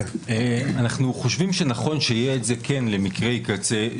אנחנו חושבים שנכון שיהיה את זה למקרי קצה.